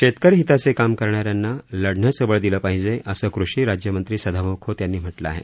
शेतकरी हिताचे काम करणाऱ्यांना लढण्याचं बळ दिलं पाहिजे असं कृषी राज्यमंत्री सदाभाऊ खोत यांनी म्हटलं आहे